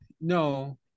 no